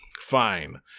fine